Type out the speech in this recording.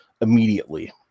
immediately